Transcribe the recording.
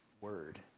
word